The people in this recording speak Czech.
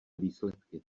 výsledky